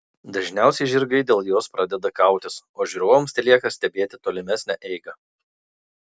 dažniausiai žirgai dėl jos pradeda kautis o žiūrovams telieka stebėti tolimesnę eigą